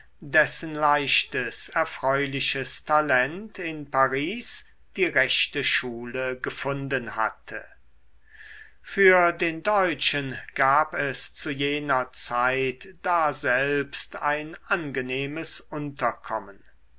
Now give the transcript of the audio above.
dessen leichtes erfreuliches talent in paris die rechte schule gefunden hatte für den deutschen gab es zu jener zeit daselbst ein angenehmes unterkommen